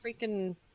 Freaking